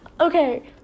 Okay